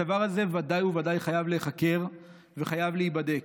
הדבר הזה ודאי וודאי חייב להיחקר וחייב להיבדק.